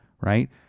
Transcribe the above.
right